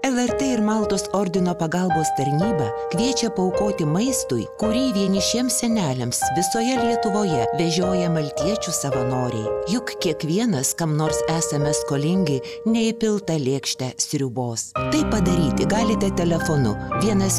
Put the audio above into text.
lrt ir maltos ordino pagalbos tarnyba kviečia paaukoti maistui kurį vienišiems seneliams visoje lietuvoje vežioja maltiečių savanoriai juk kiekvienas kam nors esame skolingi neįpiltą lėkštę sriubos tai padaryti galite telefonu vienas